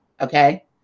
okay